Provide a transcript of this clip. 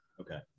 okay